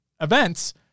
events